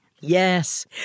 Yes